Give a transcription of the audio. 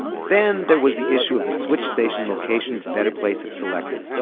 then there was the issue of the switch station locations better place had selected.